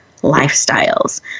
lifestyles